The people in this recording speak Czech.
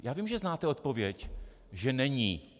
Já vím, že znáte odpověď, že není.